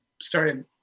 started